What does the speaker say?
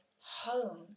home